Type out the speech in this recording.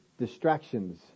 distractions